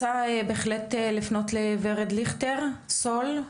אני רוצה בהחלט לפנות לוורד ליכטר סול,